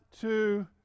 two